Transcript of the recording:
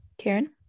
Karen